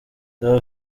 reba